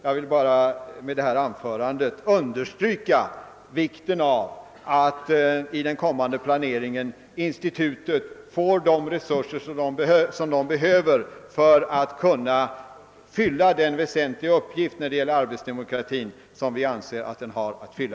Med det anförda vill jag bara understryka vikten av att i den kommande planeringen institutet får de resurser det behöver för att kunna fylla den väsentliga uppgift när det gäller arbetsdemokratin som vi anser att det har att fylla.